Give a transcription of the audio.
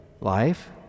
Life